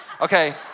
Okay